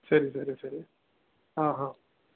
ಸರಿ ಸರಿ ಸರಿ ಹಾಂ ಹಾಂ